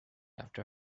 after